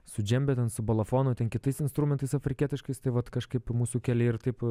su džembe ten su bolofonu ten kitais instrumentais afrikietiškais tai vat kažkaip mūsų keliai ir taip